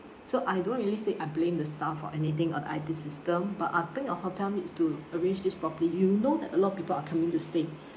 so I don't really say I blame the staff or anything or the I_T system but I think your hotel needs to arrange this properly you know that a lot of people are coming to stay